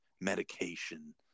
medication